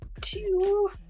two